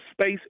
space